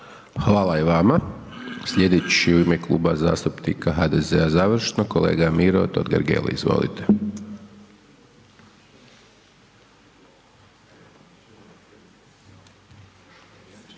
Hvala i vama. Sljedeći u ime Kluba zastupnika HDZ-a završno, kolega Miro Totgergeli, izvolite.